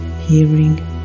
hearing